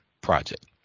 project